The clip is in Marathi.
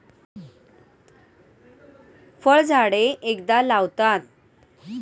फळझाडे एकदा लावतात